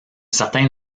certain